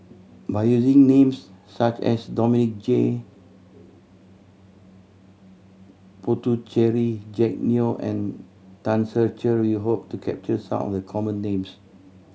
by using names such as Dominic J Puthucheary Jack Neo and Tan Ser Cher we hope to capture some of the common names